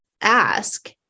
ask